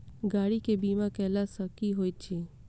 गाड़ी केँ बीमा कैला सँ की होइत अछि?